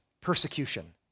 persecution